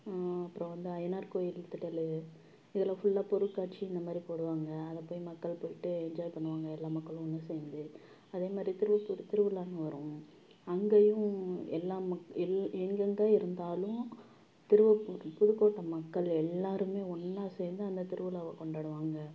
அப்பறம் வந்து ஐயனார் கோயில் திடல் இதில் ஃபுல்லாக பொருட்காட்சி இந்த மாதிரி போடுவாங்க அதை போய் மக்கள் போயிட்டு என்ஜாய் பண்ணுவாங்க எல்லா மக்களும் ஒன்று சேர்ந்து அதே மாதிரி திருவெப்பூர் திருவிழானு வரும் அங்கேயும் எல்லா மக் எல் எங்கெங்க இருந்தாலும் திருவெப்பூர் புதுக்கோட்டை மக்கள் எல்லாருமே ஒன்றா சேர்ந்து அந்த திருவிழாவை கொண்டாடுவாங்க